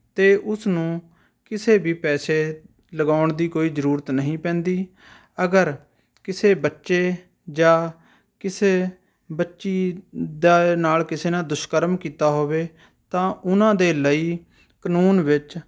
ਅਤੇ ਉਸਨੂੰ ਕਿਸੇ ਵੀ ਪੈਸੇ ਲਗਾਉਣ ਦੀ ਕੋਈ ਜ਼ਰੂਰਤ ਨਹੀਂ ਪੈਂਦੀ ਅਗਰ ਕਿਸੇ ਬੱਚੇ ਜਾਂ ਕਿਸੇ ਬੱਚੀ ਦੇ ਨਾਲ ਕਿਸੇ ਨਾਲ ਦੁਸ਼ਕਰਮ ਕੀਤਾ ਹੋਵੇ ਤਾਂ ਉਹਨਾਂ ਦੇ ਲਈ ਕਾਨੂੰਨ ਵਿੱਚ